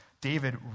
David